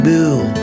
Bill